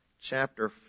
chapter